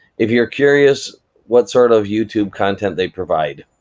if you're curious what sort of youtube content they provide.